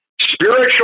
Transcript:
spiritual